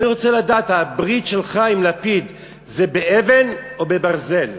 אני רוצה לדעת: הברית שלך עם לפיד זה באבן או בברזל?